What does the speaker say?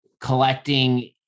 collecting